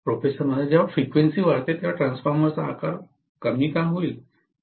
professor जेव्हा frequency वाढते तेव्हा ट्रान्सफॉर्मरचा आकार कमी का होईल